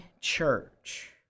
church